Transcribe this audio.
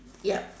yup